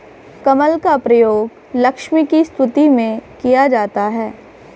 कमल का प्रयोग लक्ष्मी की स्तुति में किया जाता है